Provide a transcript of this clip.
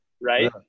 right